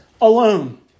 alone